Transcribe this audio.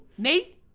nate?